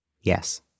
Yes